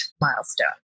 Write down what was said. milestone